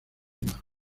imagen